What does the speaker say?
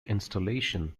installation